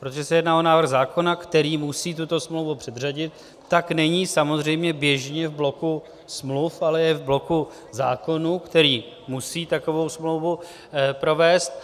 Protože se jedná o návrh zákona, který musí tuto smlouvu předřadit, tak není samozřejmě běžně v bloku smluv, ale je v bloku zákonů, který musí takovou smlouvu provést.